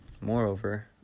moreover